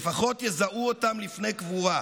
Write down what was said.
לפחות יזהו אותם לפני קבורה.